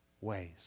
ways